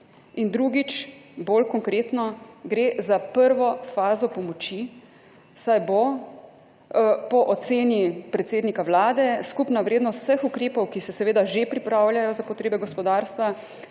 drugič, bolj konkretno, gre za prvo fazo pomoči, saj bo po oceni predsednika Vlade, skupna vrednost vseh ukrepov, ki se seveda že pripravljajo za potrebe gospodarstva,